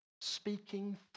speaking